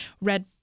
red